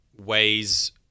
ways